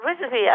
recipe